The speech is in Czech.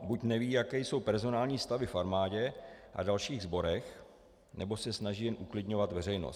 Buď neví, jaké jsou personální stavy v armádě a dalších sborech, nebo se snaží jen uklidňovat veřejnost.